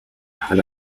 had